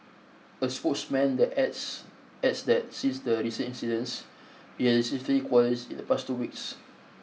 a spokesman that adds adds that since the recent incidents it has received three queries in the past two weeks